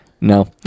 no